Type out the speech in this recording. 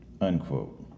Unquote